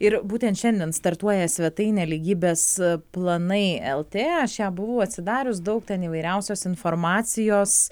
ir būtent šiandien startuoja svetainę lygybės planai lt aš ją buvau atsidarius daug ten įvairiausios informacijos